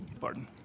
Pardon